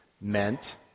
meant